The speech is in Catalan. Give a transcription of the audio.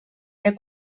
era